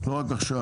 לא רק עכשיו.